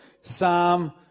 Psalm